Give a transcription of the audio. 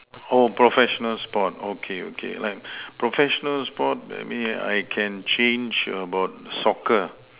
oh professional sport okay okay like professional sport that mean I can change about soccer